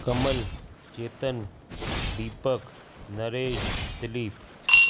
Kamal Chetan Deepak Naresh Dilip